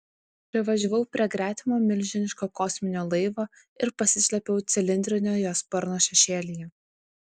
privažiavau prie gretimo milžiniško kosminio laivo ir pasislėpiau cilindrinio jo sparno šešėlyje